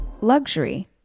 Luxury